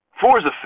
Forza